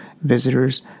visitors